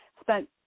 spent